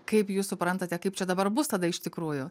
kaip jūs suprantate kaip čia dabar bus tada iš tikrųjų